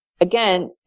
Again